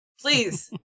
Please